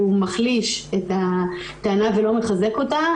הוא מחליש את הטענה ולא מחזק אותה.